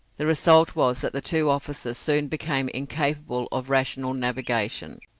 the result was that the two officers soon became incapable of rational navigation.